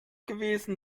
gewesen